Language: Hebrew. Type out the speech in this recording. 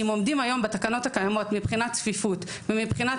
אם עומדים היום בתקנות הקיימות מבחינת צפיפות ומבחינת